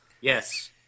Yes